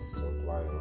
supply